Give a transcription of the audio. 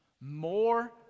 more